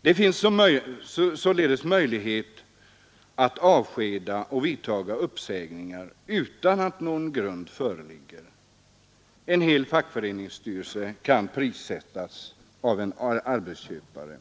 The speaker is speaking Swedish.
Det finns således möjlighet att avskeda och vidtaga uppsägningar utan att någon grund föreligger. En hel fackföreningsstyrelse kan prissättas av en arbetsköpare